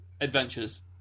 adventures